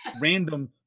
random